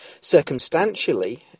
Circumstantially